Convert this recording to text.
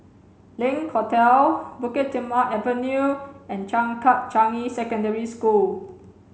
Link Hotel Bukit Timah Avenue and Changkat Changi Secondary School